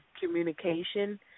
communication